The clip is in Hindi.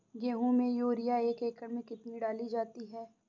गेहूँ में यूरिया एक एकड़ में कितनी डाली जाती है?